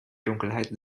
dunkelheit